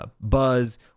buzz